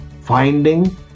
finding